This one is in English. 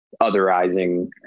otherizing